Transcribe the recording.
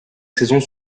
saisons